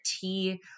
tea